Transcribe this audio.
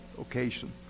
occasion